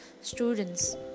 students